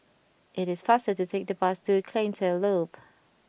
it is faster to take the bus to Cleantech Loop